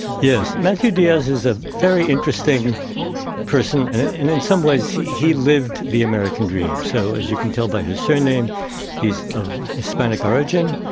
yes, matthew diaz is a very interesting person and in some ways he he lived the american dream. so, as you can tell by his surname he's of hispanic origin.